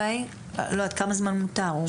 כמה זמן מותר?